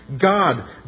God